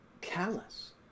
callous